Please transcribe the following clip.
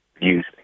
use